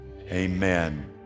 Amen